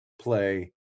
play